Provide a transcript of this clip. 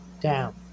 down